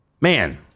Man